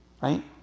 right